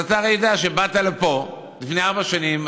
אז אתה הרי יודע שבאת לפה לפני ארבע שנים,